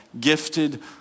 gifted